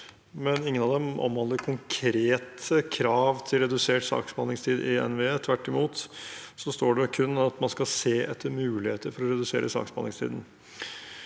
men ingen av dem omhandler konkrete krav til redusert saksbehandlingstid i NVE. Tvert imot står det kun at man skal se etter muligheter for å redusere saksbehandlingstiden.